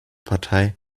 partei